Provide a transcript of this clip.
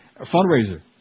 fundraiser